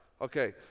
Okay